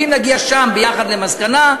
ואם נגיע שם יחד למסקנה,